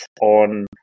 on